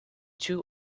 too